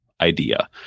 idea